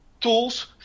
tools